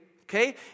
okay